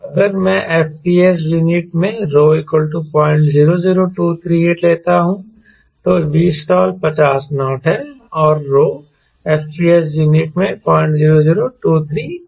अगर मैं FPS unit में ρ 000238 लेता हूं तो Vstall 50 नॉट है और rho FPS यूनिट में 000238 है